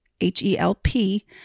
H-E-L-P